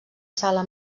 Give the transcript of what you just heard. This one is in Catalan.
sala